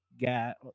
got